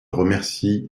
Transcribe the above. remercie